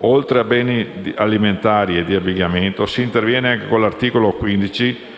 Oltre ai beni alimentari e di abbigliamento, si interviene con l'articolo 15